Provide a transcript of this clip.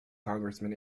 congressman